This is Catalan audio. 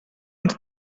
ens